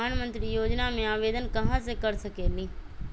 प्रधानमंत्री योजना में आवेदन कहा से कर सकेली?